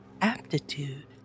aptitude